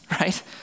right